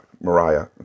Mariah